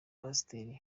pasiteri